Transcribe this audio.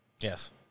Yes